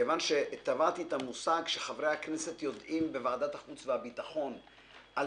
כיוון שטבעתי את המושג שחברי הכנסת יודעים בוועדת החוץ והביטחון על